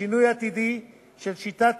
לשינוי עתידי של שיטת